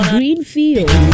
Greenfield